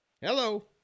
Hello